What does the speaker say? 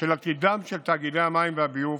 של עתידם של תאגידי המים והביוב